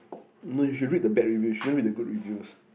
no you should read the bad reviews you shouldn't read the good reviews